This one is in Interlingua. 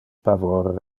pavor